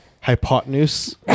hypotenuse